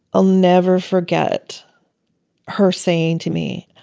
ah never forget her saying to me,